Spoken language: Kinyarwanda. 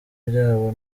byabo